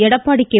Edappadi K